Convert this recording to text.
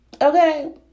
Okay